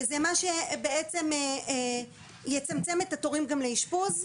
זה מה שבעצם יצמצם את התורים גם לאשפוז.